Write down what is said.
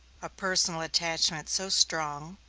a personal attachment so strong,